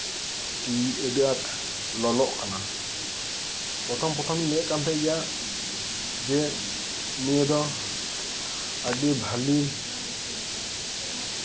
ᱤᱧᱡᱤᱱ ᱟᱸᱰᱤ ᱟᱸᱴ ᱞᱚᱞᱚᱜ ᱠᱟᱱᱟ ᱯᱨᱚᱛᱷᱚᱢ ᱯᱨᱚᱛᱷᱚᱢ ᱞᱟᱹᱭᱮᱫ ᱛᱟᱦᱮᱸᱫ ᱜᱮᱭᱟ ᱡᱮ ᱱᱤᱭᱟᱹ ᱫᱚ ᱟᱹᱰᱤ ᱵᱷᱟᱞᱮ